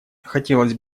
хотелось